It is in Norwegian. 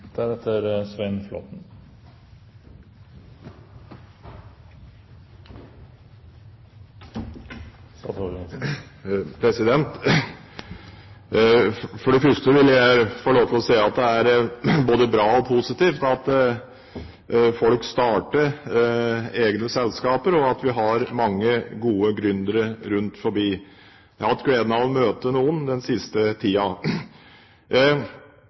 både bra og positivt at folk starter egne selskaper, og at vi har mange gode gründere – jeg har hatt gleden av å møte noen den siste